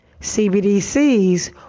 cbdc's